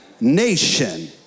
nation